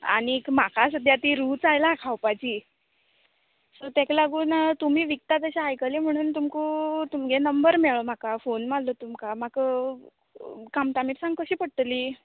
आनीक म्हाका सद्याक ती रूच आयला खावपाची सो तेका लागून तुमी विकता तशें आयकलें म्हणून तुमका तुमगे नंबर मेळलो म्हाका फोन मारलो तुमका म्हाका कामटा मिरसांग कशी पडटली